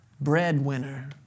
breadwinner